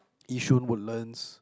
Yishun Woodlands